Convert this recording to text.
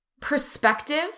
perspective